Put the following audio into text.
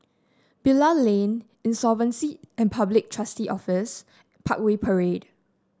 Bilal Lane Insolvency and Public Trustee Office Parkway Parade